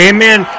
Amen